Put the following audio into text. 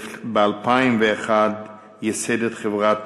ב-2001 ייסד את חברת